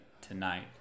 tonight